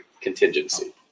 contingency